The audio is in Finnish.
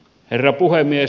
herra puhemies